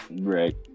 Right